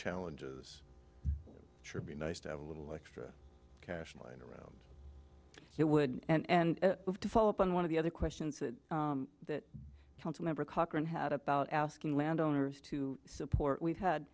challenges sure be nice to have a little extra cash lying around it would and have to follow up on one of the other questions that that council member cochrane had about asking landowners to support we've had